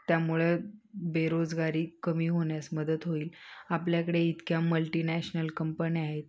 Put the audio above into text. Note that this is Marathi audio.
त्यामुळं बेरोजगारी कमी होण्यास मदत होईल आपल्याकडे इतक्या मल्टीनॅशनल कंपन्या आहेत